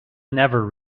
never